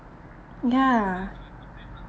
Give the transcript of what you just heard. ya